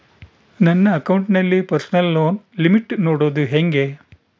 ನನ್ನ ಅಕೌಂಟಿನಲ್ಲಿ personal loan limit ನೋಡದು ಹೆಂಗೆ?